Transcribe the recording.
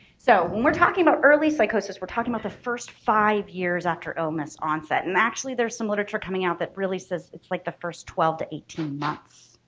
so when we're talking about early psychosis, we're talking about the first five years after illness onset and actually there's some literature coming out that really says it's like the first twelve to eighteen months.